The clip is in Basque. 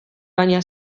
baina